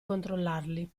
controllarli